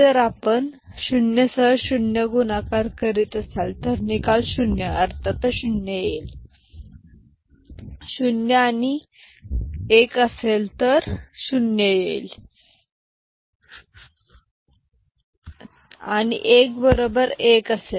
जर आपण 0 सह 0 सह गुणाकार करीत असाल तर निकाल 0 अर्थातच 0 असेल तर 0 बरोबर 1 असेल तर 0 सह 1 असेल तर 0 असेल तर 1 बरोबर 1 असेल